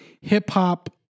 hip-hop